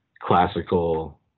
classical